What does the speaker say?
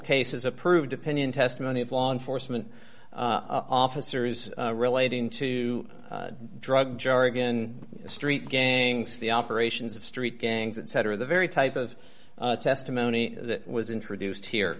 cases approved opinion testimony of law enforcement officers relating to drug jargon street gangs the operations of street gangs and set of the very type of testimony that was introduced here